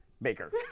maker